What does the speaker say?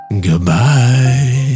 goodbye